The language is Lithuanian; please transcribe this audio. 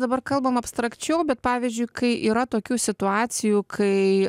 dabar kalbam abstrakčiau bet pavyzdžiui kai yra tokių situacijų kai